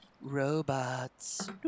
robots